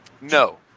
No